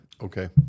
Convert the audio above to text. Okay